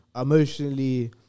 emotionally